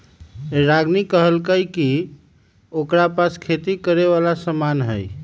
रागिनी कहलकई कि ओकरा पास खेती करे वाला समान हई